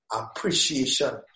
appreciation